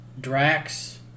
Drax